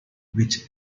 which